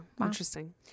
Interesting